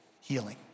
healing